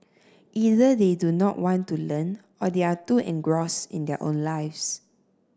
either they do not want to learn or they are too engrossed in their own lives